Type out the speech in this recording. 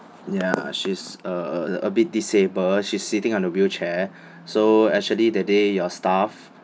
ya she's a a a bit disable she's sitting on the wheelchair so actually that day your staff